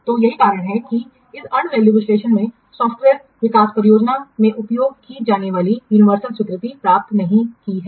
तो यही कारण है कि इस अर्नड वैल्यू विश्लेषण ने सॉफ्टवेयर विकास परियोजनाओं में उपयोग की जाने वाली यूनिवर्सल स्वीकृति प्राप्त नहीं की है